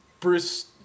Bruce